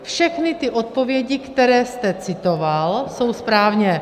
Všechny ty odpovědi, které jste citoval, jsou správně.